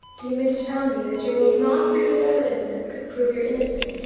do you mean to tell me that you will not produce evidence that could prove your innocence,